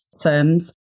firms